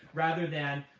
rather than